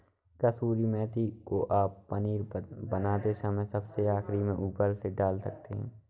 कसूरी मेथी को आप पनीर बनाते समय सबसे आखिरी में ऊपर से डाल सकते हैं